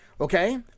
Okay